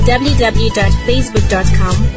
www.facebook.com